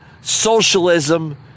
socialism